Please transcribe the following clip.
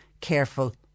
careful